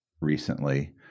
recently